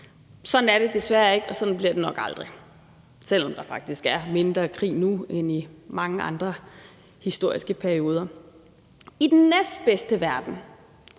Sådan er det desværre ikke, og sådan bliver det nok aldrig, selv om der faktisk er mindre krig nu end i mange andre historiske perioder. I den næstbedste verden